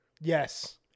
Yes